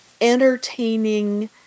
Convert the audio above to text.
entertaining